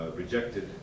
rejected